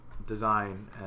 design